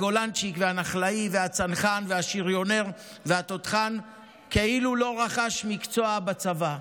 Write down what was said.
הגולנצ'יק והנח"לאי והצנחן והשריונר והתותחן כאילו לא רכשו מקצוע בצבא.